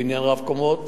בניין רב-קומות,